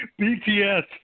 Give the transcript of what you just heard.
BTS